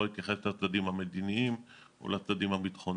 לא אתייחס לצדדים הביטחוניים או לצדדים המדיניים.